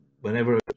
whenever